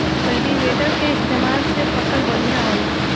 cultivator के इस्तेमाल से फसल बढ़िया होला